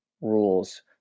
rules